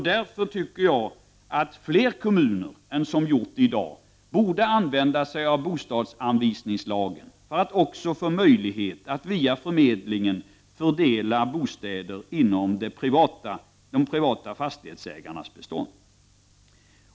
Därför tycker jag att fler kommuner än i dag borde använda sig av bostadsanvisningslagen, för att också få möjlighet att via förmedlingen fördela bostäder inom de privata fastighetsägarnas bestånd.